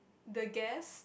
the Guest